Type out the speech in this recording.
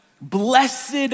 Blessed